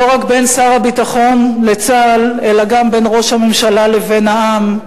רק בין שר הביטחון לצה"ל אלא גם בין ראש הממשלה לבין העם.